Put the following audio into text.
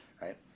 right